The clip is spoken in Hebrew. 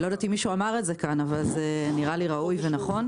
לא יודעת אם מישהו אמר את זה כאן אבל זה נראה לי ראוי ונכון.